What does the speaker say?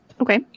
Okay